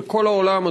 וכל העולם,